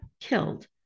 killed